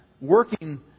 working